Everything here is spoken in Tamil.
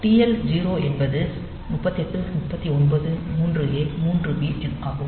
TL 0 என்பது 38 39 3a 3b ஆகும்